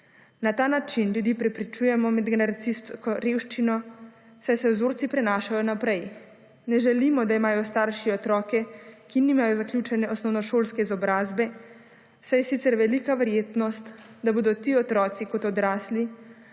Na ta način tudi preprečujemo medgeneracijsko revščino, saj se vzorci prenašajo naprej. Ne želimo, da imajo starši otroke, ki nimajo zaključene osnovnošolske izobrazbe, saj je sicer velika verjetnost, da bodo ti otroci kot odrasli